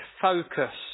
focus